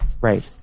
right